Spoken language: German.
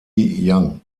young